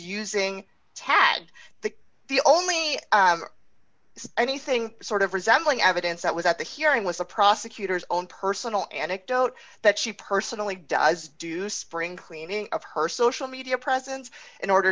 using tad the the only anything sort of resembling evidence that was at the hearing with the prosecutor's own personal anecdote that she personally does do spring cleaning of her social media presence in order